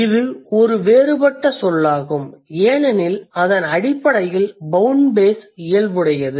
இது ஒரு வேறுபட்ட சொல்லாகும் ஏனெனில் இது அடிப்படையில் பௌண்ட் பேஸ் இயல்புடையது